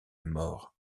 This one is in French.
mort